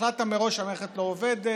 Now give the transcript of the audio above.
החלטת מראש שהמערכת לא עובדת,